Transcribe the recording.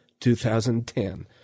2010